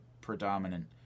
predominant